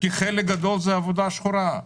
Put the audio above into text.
כי חלק גדול זו עבודה שחורה.